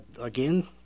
again